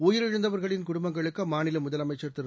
உயிரிழந்தவர்களின் குடும்பங்களுக்கு அம்மாநில முதலமைச்சர் திரு